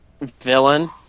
villain